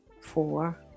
four